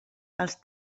als